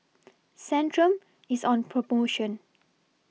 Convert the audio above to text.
Centrum IS on promotion